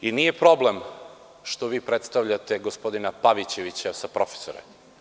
Nije problem što vi predstavljate gospodina Pavićevića sa - profesore.